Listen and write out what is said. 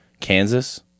kansas